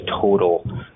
total